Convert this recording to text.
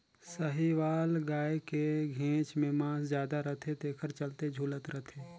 साहीवाल गाय के घेंच में मांस जादा रथे तेखर चलते झूलत रथे